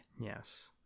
Yes